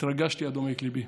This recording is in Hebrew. התרגשתי עד עומק ליבי.